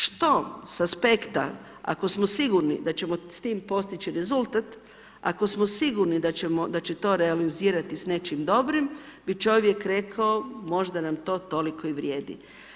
Što sa aspekta ako smo sigurni da ćemo s tim postići rezultat, ako smo sigurni da će to realizirati s nečim dobrim bi čovjek rekao, možda nam to toliko i vrijedi.